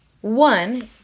One